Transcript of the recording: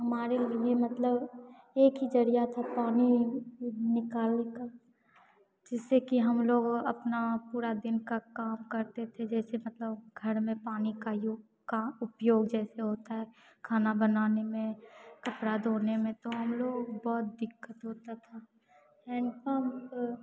हमारे लिए मतलब एक ही ज़रिया था पानी निकालने का जिससे कि हम लोग अपना पूरा दिन का कम करते थे जैसे मतलब घर में पानी का यो उपयोग जैसे होता है खाना बनाने में कपड़ा धोने में तो हम लोग बहुत दिक्कत होता था हैण्ड पम्प